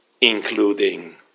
including